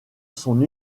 son